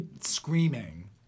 screaming